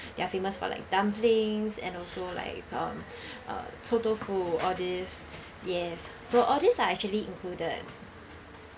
they're famous for like dumplings and also like on um uh 臭豆腐 all these yes so all this are actually included